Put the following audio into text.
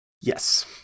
Yes